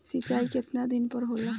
सिंचाई केतना दिन पर होला?